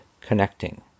Connecting